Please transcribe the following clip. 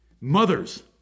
mothers